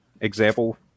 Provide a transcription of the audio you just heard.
example